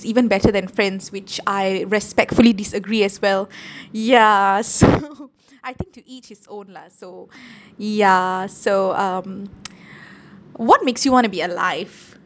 is even better than friends which I respectfully disagree as well ya so I think to each his own lah so ya so um what makes you want to be alive